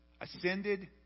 ascended